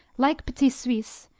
like petit suisse,